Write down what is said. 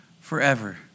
forever